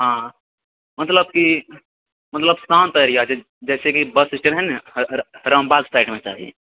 हँ मतलब की मतलब शान्त एरिया जैसे की बस स्टैण्ड हइ ने रामबाग साइडमे चाही